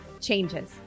changes